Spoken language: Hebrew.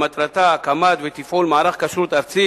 שמטרתה הקמה ותפעול מערך כשרות ארצי